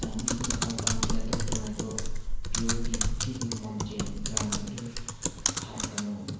ꯆꯥꯟꯗꯤꯕꯨꯅ urban platter tomato ꯄꯤꯌꯣꯔꯒꯤ ꯗꯤꯜ ꯃꯣꯟꯇꯦ ꯕ꯭ꯔꯥꯟ ꯑꯗꯨ ꯊꯥꯔꯛꯀꯅꯨ